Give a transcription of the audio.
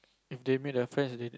if they made offense